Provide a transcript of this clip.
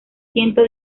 ciento